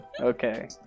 Okay